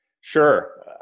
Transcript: Sure